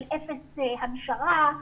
של אפס הנשרה.